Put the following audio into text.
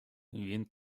він